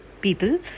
people